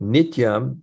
Nityam